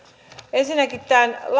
ensinnäkin